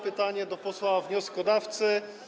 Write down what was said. Pytanie do posła wnioskodawcy.